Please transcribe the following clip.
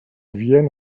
vienne